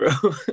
bro